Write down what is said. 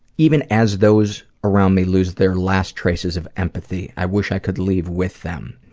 even as those around me lose their last traces of empathy. i wish i could leave with them.